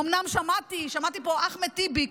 אומנם שמעתי פה את אחמד טיבי,